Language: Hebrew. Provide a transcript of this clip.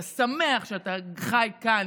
אתה שמח שאתה חי כאן,